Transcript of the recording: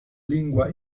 lingua